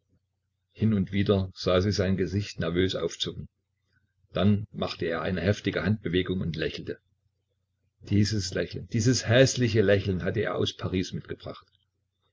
hin und wieder sah sie sein gesicht nervös aufzucken dann machte er eine heftige handbewegung und lächelte dies lächeln dies häßliche lächeln hatte er aus paris mitgebracht